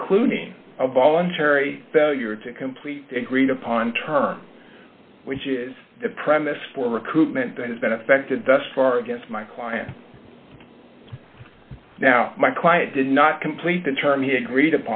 including a voluntary failure to complete the agreed upon term which is the premise for recruitment that has been affected thus far against my client now my client did not complete the term he agreed